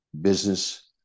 business